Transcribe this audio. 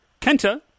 Kenta